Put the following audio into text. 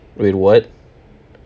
wait what